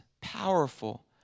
powerful